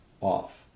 off